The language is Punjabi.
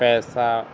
ਪੈਸਾ